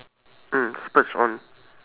mm splurge on